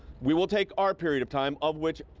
we will take our period of time, of which,